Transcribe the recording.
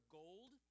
gold